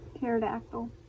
Pterodactyl